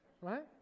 right